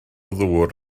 ddŵr